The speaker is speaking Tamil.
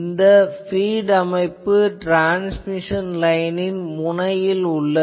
இந்த பீட் அமைப்பு ட்ரான்ஸ்மிஷன் லைனின் முனையில் உள்ளது